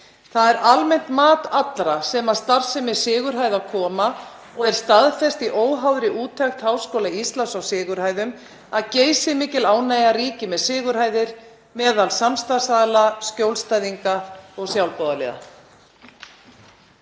Það er almennt mat allra sem að starfseminni koma og er staðfest í óháðri úttekt Háskóla Íslands á Sigurhæðum að geysimikil ánægja ríkir með Sigurhæðir meðal samstarfsaðila, skjólstæðinga og sjálfboðaliða.